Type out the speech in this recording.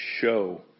show